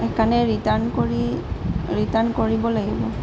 সেই কাৰণে ৰিটাৰ্ণ কৰি ৰিটাৰ্ণ কৰিব লাগিব